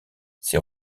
ses